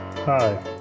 Hi